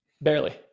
barely